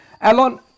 Alon